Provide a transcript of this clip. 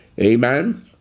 Amen